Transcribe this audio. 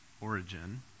origin